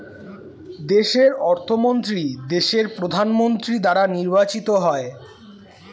দেশের অর্থমন্ত্রী দেশের প্রধানমন্ত্রী দ্বারা নির্বাচিত হয়